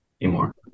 anymore